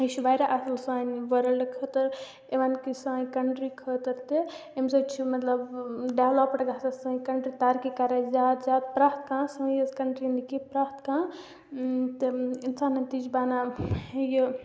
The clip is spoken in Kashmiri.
یہِ چھُ واریاہ اصٕل سانہِ ؤرلٕڈ خٲطرٕ اِون کہِ سانہِ کَنٹری خٲطرٕ تہٕ اَمہِ سٍتۍ چھُ مطلب ڈیولپٕڈ گَژھان سٲنۍ کَنٹری ترقی کران زیادٕ زیادٕ پرٛٮ۪تھ کانٛہہ سٲنی یٲژ کَنٹری نہَ کیٚنٛہہ پرٛٮ۪تھ کانٛہہ تہٕ اِنسانن تہِ چھِ بَنان ہَے یہِ